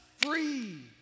free